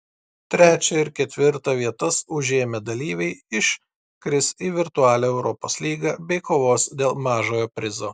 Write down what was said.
trečią ir ketvirtą vietas užėmę dalyviai iškris į virtualią europos lygą bei kovos dėl mažojo prizo